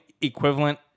equivalent